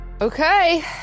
Okay